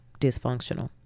dysfunctional